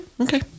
Okay